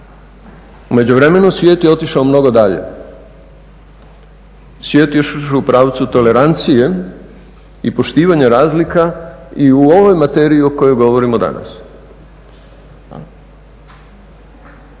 U međuvremenu svijet je otišao mnogo dalje, svijet je otišao u pravcu tolerancije i poštivanja razlika i u ovoj materiji o kojoj govorimo danas